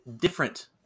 different